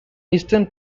eastern